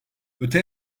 öte